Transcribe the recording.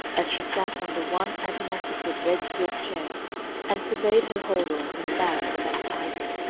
as she sat on the one antimacassared red silk chair and surveyed her hold-all and bag in that tidy,